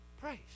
Praise